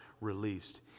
released